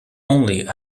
only